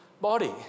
body